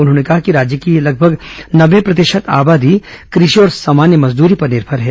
उन्होंने कहा कि राज्य की लगभग नब्बे प्रतिशत आबादी कृषि और सामान्य मजदूरी पर निर्भर है